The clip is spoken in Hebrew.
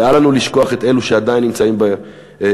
ואל לנו לשכוח את אלה שעדיין נמצאים באתיופיה.